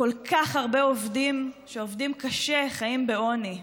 כל כך הרבה עובדים שעובדים קשה חיים בעוני,